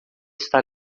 está